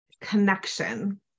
connection